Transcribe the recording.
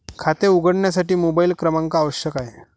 खाते उघडण्यासाठी मोबाइल क्रमांक आवश्यक आहे